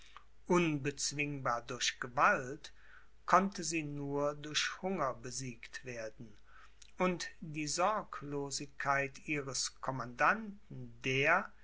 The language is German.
unbezwingbar durch gewalt konnte sie nur durch hunger besiegt werden und die sorglosigkeit ihres commandanten der